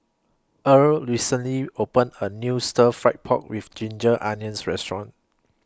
Earle recently opened A New Stir Fried Pork with Ginger Onions Restaurant